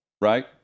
right